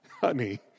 honey